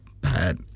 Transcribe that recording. bad